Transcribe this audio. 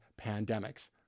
pandemics